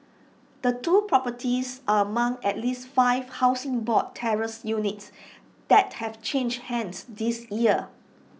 the two properties are among at least five Housing Board terraced units that have changed hands this year